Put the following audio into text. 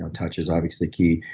touch is obviously key,